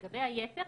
לגבי היתר,